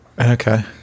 Okay